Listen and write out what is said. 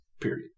period